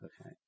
okay